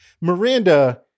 Miranda